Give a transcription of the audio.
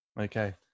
Okay